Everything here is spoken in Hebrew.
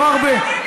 לא הרבה,